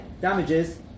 damages